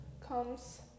comes